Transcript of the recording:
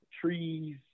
trees